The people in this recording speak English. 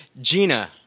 Gina